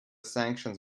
sanctions